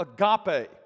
agape